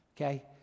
Okay